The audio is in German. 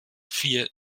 vier